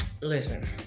listen